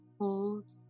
hold